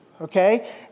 okay